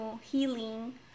healing